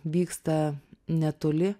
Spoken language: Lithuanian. vyksta netoli